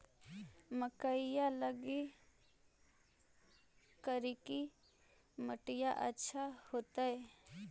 मकईया लगी करिकी मिट्टियां अच्छा होतई